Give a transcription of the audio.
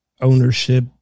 ownership